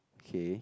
okay